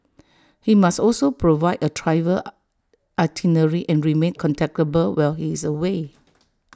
he must also provide A travel itinerary and remain contactable while he is away